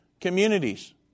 communities